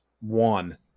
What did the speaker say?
one